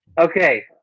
Okay